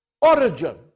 origin